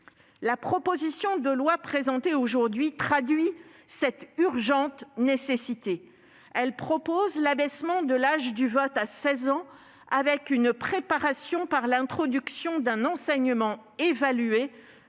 La proposition de loi présentée aujourd'hui traduit cette urgente nécessité. Elle prévoit d'abaisser l'âge du vote à 16 ans avec une « préparation » par l'introduction d'un enseignement évalué